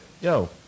Yo